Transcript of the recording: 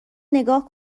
نگاه